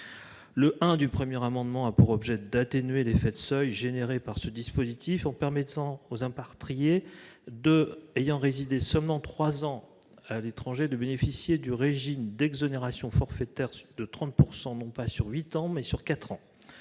Le I du présent amendement a pour objet d'atténuer l'effet de seuil résultant de l'application de ce dispositif en permettant aux impatriés ayant résidé seulement trois ans à l'étranger de bénéficier du régime d'exonération forfaitaire de 30 %, non pas sur huit ans, mais sur quatre